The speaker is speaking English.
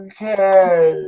Okay